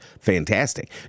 fantastic